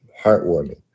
Heartwarming